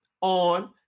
on